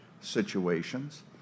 situations